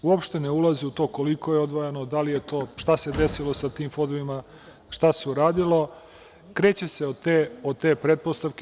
Uopšte ne ulaze u to koliko je odvojeno, da li je to, šta se desilo sa tim fondovima, šta se uradilo, kreće se od te pretpostavke?